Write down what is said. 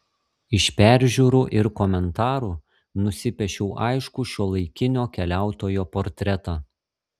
iš peržiūrų ir komentarų nusipiešiau aiškų šiuolaikinio keliautojo portretą